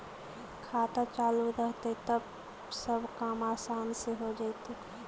खाता चालु रहतैय तब सब काम आसान से हो जैतैय?